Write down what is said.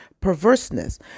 perverseness